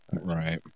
Right